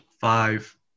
five